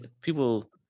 people